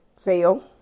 fail